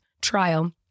trial